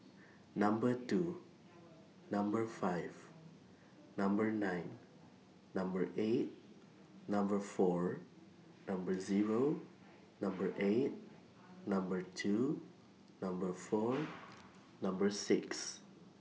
Number two Number five Number nine Number eight Number four Number Zero Number eight Number two Number four Number six